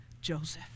Joseph